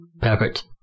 perfect